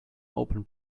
open